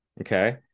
Okay